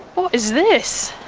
what is this?